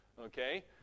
okay